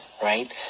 right